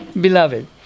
Beloved